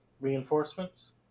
reinforcements